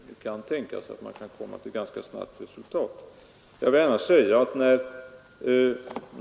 Det kan tänkas att man ganska snabbt kan nå 30 november 1973 resultat.